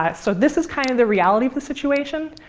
ah so this is kind of the reality of the situation.